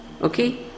Okay